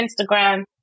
Instagram